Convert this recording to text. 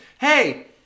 Hey